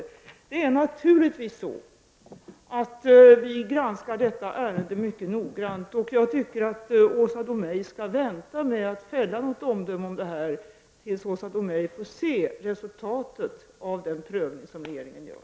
Naturligtvis granskar vi detta ärende mycket noggrant, och jag tycker att Åsa Domeij skall vänta med att fälla något omdöme tills Åsa Domeij får se resultatet av den prövning som regeringen gör.